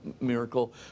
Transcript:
miracle